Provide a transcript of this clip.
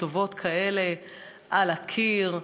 כתובות כאלה על הקיר,